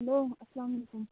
hello اسلام علیکُم